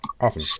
Awesome